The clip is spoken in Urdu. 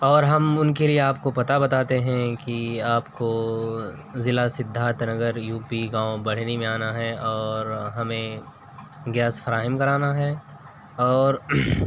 اور ہم ان کے لیے آپ کو پتہ بتاتے ہیں کہ آپ کو ضلع سدھارتھ نگر یو پی گاؤں بڑھنی میں آنا ہے اور ہمیں گیس فراہم کرانا ہے اور